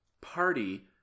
party